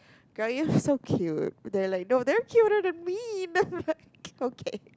girl so cute they like no they're cuter than me no okay